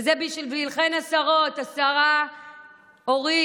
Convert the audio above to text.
וזה בשבילכן, השרות, השרה אורית